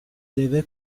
deve